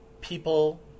people